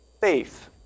Faith